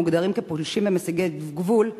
המוגדרים פולשים ומסיגי גבול,